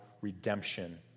redemption